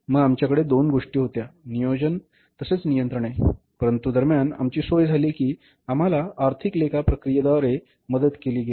मग आमच्याकडे दोन्ही गोष्टी होत्या नियोजन तसेच नियंत्रणे परंतु दरम्यान आमची सोय झाली की आम्हाला आर्थिक लेखा प्रक्रियेद्वारे मदत केली गेली